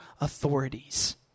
authorities